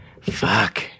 fuck